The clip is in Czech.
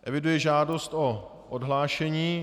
Eviduji žádost o odhlášení.